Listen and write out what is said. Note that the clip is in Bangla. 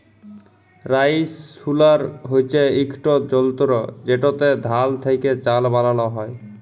রাইসহুলার হছে ইকট যল্তর যেটতে ধাল থ্যাকে চাল বালাল হ্যয়